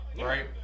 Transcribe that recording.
right